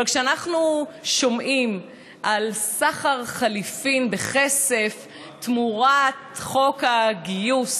אבל כשאנחנו שומעים על סחר חליפין בכסף תמורת חוק הגיוס,